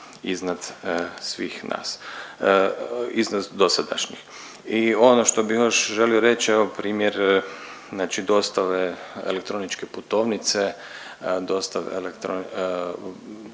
iznad svih nas, iznad dosadašnjih. I ono što bi još želio reći, evo primjer znači dostave elektroničke putovnice, dostave elektro…